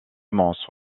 mans